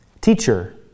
Teacher